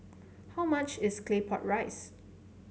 how much is Claypot Rice